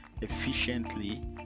efficiently